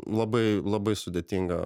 labai labai sudėtinga